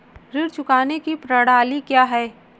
ऋण चुकाने की प्रणाली क्या है?